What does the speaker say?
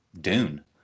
dune